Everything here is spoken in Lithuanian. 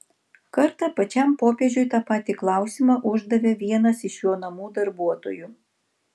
kartą pačiam popiežiui tą patį klausimą uždavė vienas iš jo namų darbuotojų